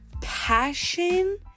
passion